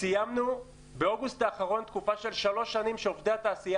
סיימנו באוגוסט האחרון תקופה של שלוש שנים שעובדי התעשייה